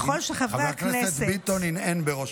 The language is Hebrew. חבר הכנסת ביטון הנהן בראשו.